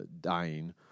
dying